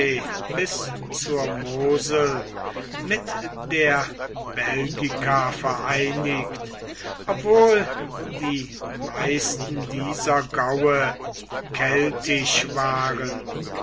bis zur mosel mit der belgica vereinigt obwohl die meisten dieser gaue keltisch waren